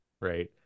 right